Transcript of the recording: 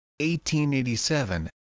1887